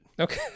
Okay